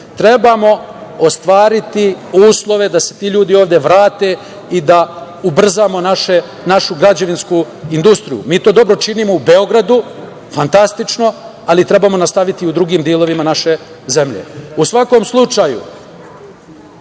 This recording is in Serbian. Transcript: Trebamo ostvariti uslove da se ti ljudi ovde vrate i da ubrzamo našu građevinsku industriju. Mi to dobro činimo u Beogradu, fantastično, ali trebamo nastaviti i u drugim delovima naše zemlje.U svakom slučaju,